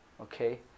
okay